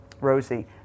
Rosie